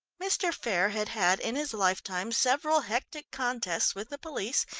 mr. faire had had in his lifetime several hectic contests with the police,